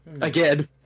Again